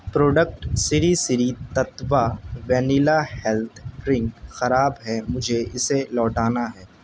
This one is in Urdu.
product Sri Sri Tattva vanilla health drink خراب ہے مجھے اسے لوٹانا ہے